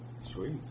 Sweet